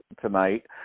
tonight